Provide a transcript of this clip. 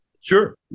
Sure